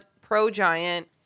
pro-giant